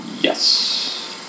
Yes